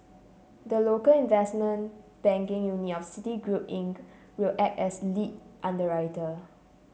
the local investment banking unit of Citigroup Inc will act as lead underwriter